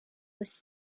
was